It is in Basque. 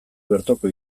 bertoko